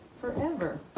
forever